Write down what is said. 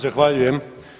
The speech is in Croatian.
Zahvaljujem.